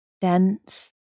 dense